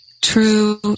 True